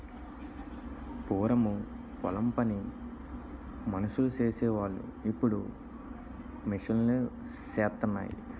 పూరము పొలం పని మనుసులు సేసి వోలు ఇప్పుడు మిషన్ లూసేత్తన్నాయి